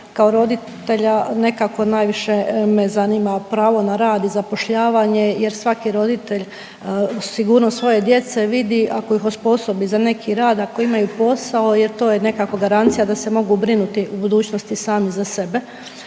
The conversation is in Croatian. kao roditelja nekako najviše me zanima pravo na rad i zapošljavanje jer svaki roditelj sigurnost svoje djece vidi ako ih osposobi za neki rad, ako imaju posao jer to je nekako garancija da se mogu brinuti u budućnosti sami za sebe,